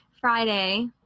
Friday